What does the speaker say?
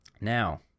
Now